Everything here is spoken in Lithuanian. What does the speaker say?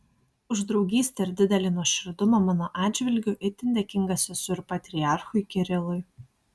už draugystę ir didelį nuoširdumą mano atžvilgiu itin dėkingas esu ir patriarchui kirilui